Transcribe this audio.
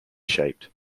shaped